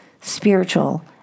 spiritual